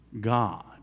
God